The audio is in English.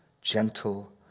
gentle